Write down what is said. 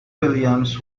williams